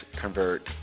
convert